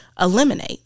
eliminate